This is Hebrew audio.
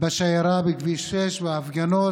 בשיירה בכביש 6 וההפגנות,